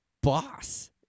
boss